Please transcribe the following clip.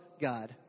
God